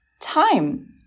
Time